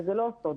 וזה לא סוד.